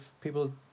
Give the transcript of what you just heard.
people